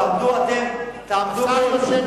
תעמדו אתם, השר,